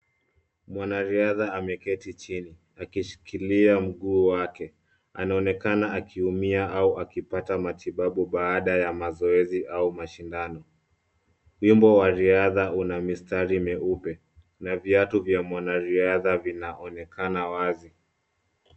Mwanariadha ameketi chini akishikilia mguu wake. Anaonekana akiumia au akipata matibabu baada ya mazoezi au mashindano. Ukumbi wa riadha una mistari meupe na viatu vya mwanariadha vinaonekana wazi.